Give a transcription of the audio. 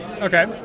Okay